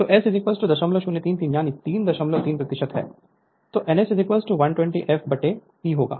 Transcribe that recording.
तोS 0033 यानी 33 है तो n S 120 f P होगा